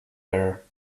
bare